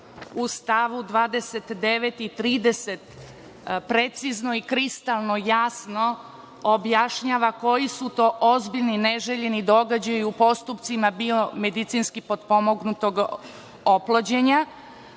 u stavu 29. i 30, precizno i kristalno jasno objašnjava koji su to ozbiljni neželjeni događaji u postupcima biomedicinski potpomognutog oplođenja.